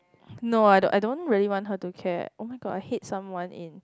no I don't I don't really want her to care oh-my-god I hate someone in